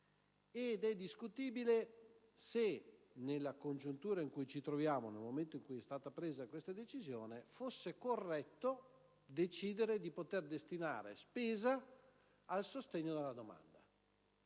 ha; è discutibile che nella congiuntura in cui ci troviamo e nel momento in cui è stata presa questa decisione, sia corretto decidere di destinare spesa al sostegno della domanda.